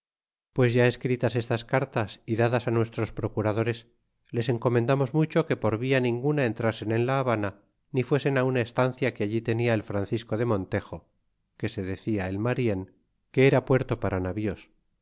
pues ya escritas estas cartas y dadas nuestros procuradores les encomendamos mucho que por via ninguna entrasen en la habana ni fuesen una estancia que tenia allí el francisco de montejo que se decia el marien que era puerto para navíos